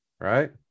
right